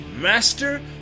master